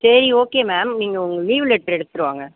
சரி okay ma'am நீங்கள் உங்கள் லீவு லெட்ரு எடுத்துகிட்டு வாங்க